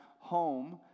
home